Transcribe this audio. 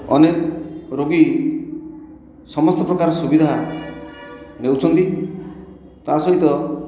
ଅନେକ ରୋଗୀ ସମସ୍ତ ପ୍ରକାର ସୁବିଧା ନେଉଛନ୍ତି ତା' ସହିତ